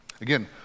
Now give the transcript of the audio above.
Again